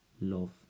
love